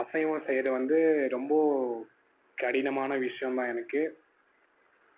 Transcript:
அசைவம் செய்வது வந்து ரொம்ப கடினமான விஷயோம் தான் எனக்கு